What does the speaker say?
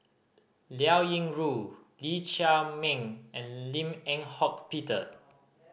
Liao Yingru Lee Chiaw Meng and Lim Eng Hock Peter